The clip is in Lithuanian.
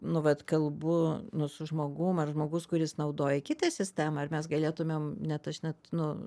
nu vat kalbu su žmogum ar žmogus kuris naudoja kitą sistemą ar mes galėtumėm net aš net nu